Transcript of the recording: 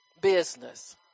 business